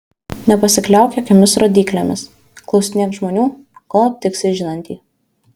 nepasikliauk jokiomis rodyklėmis klausinėk žmonių kol aptiksi žinantį